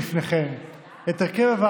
בנוסף,